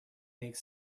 make